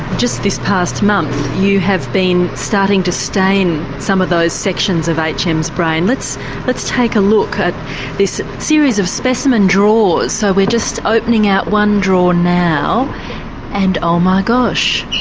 just this past month you have been starting to stain some of those sections of hm's brain, let's let's take a look at this series of specimen drawers. so we're just opening out one drawer now and oh, my gosh,